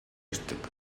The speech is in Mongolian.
ирдэг